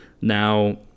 Now